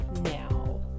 now